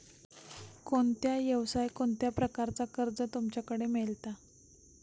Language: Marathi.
कोणत्या यवसाय कोणत्या प्रकारचा कर्ज तुमच्याकडे मेलता?